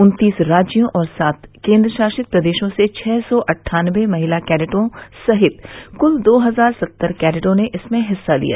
उत्तीस राज्यों और सात केन्द्रशासित प्रदेशों से छ सौ अन्ठानबे महिला कैडटों सहित कुल दो हजार सत्तर कैडटों ने इसमें हिस्सा लिया